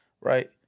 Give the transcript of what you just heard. right